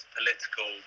political